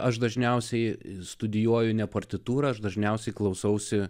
aš dažniausiai studijuoju ne partitūrą aš dažniausiai klausausi